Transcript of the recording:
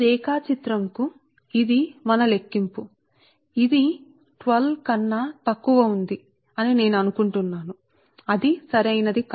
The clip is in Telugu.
కాబట్టి ఈ రేఖాచిత్రం ఇది మా లెక్కింపు ఇది 12 కన్నా తక్కువ అని నేను అనుకుంటున్నాను అది సరైనది కాదు